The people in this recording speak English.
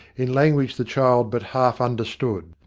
in language the child but half understood.